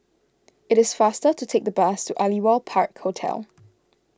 it is faster to take the bus to Aliwal Park Hotel